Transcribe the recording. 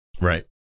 Right